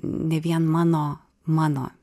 ne vien mano mano